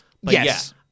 Yes